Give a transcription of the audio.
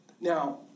Now